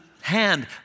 hand